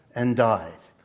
and died.